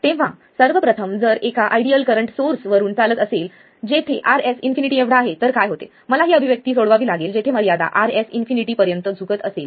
तेव्हा सर्व प्रथम जर हे एका आयडियल करंट सोर्स वरून चालत असेल जेथे Rs इन्फिनिटी एवढा आहे तर काय होते मला ही अभिव्यक्ती सोडवावी लागेल जेथे मर्यादा Rs इन्फिनिटी पर्यंत झुकत असेल